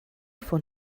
von